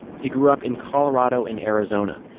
he grew up in colorado and arizona.